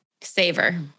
Savor